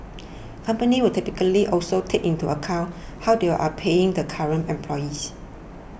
companies will typically also take into account how they are paying the current employees